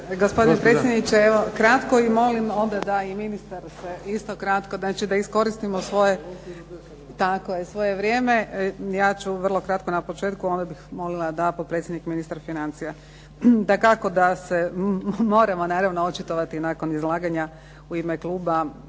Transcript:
Gospodine predsjedniče, evo kratko. I molim onda da i ministar se isto kratko, znači da iskoristimo svoje vrijeme. Ja ću vrlo kratko na početku a onda bih molila da potpredsjednik ministar financija. Dakako da se moramo naravno očitovati nakon izlaganje u ime kluba